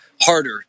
harder